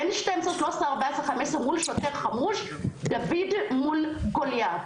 בן 12, 13, 14, 15 מול שוטר חמוד, דוד מול גוליית.